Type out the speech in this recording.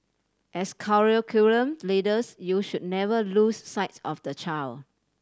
as curriculum leaders you should never lose sights of the child